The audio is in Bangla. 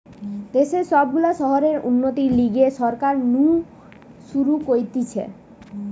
দেশের সব গুলা শহরের উন্নতির লিগে সরকার নু শুরু করতিছে